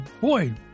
boy